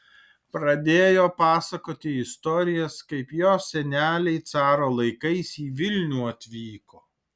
pradėjo pasakoti istorijas kaip jos seneliai caro laikais į vilnių atvyko